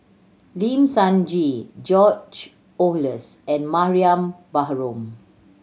Lim Sun Gee George Oehlers and Mariam Baharom